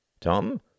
Tom